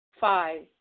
Five